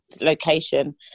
location